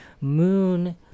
Moon